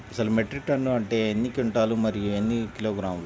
అసలు metric ton అంటే ఎన్ని క్వింటాలు మరియు ఎన్ని కిలోగ్రాములు?